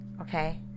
okay